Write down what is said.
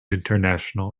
international